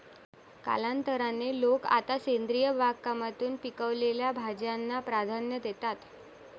कालांतराने, लोक आता सेंद्रिय बागकामातून पिकवलेल्या भाज्यांना प्राधान्य देतात